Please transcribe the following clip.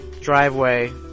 driveway